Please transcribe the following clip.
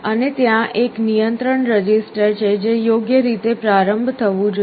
અને ત્યાં એક નિયંત્રણ રજિસ્ટર છે જે યોગ્ય રીતે પ્રારંભ થવું જોઈએ